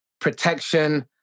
protection